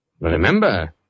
Remember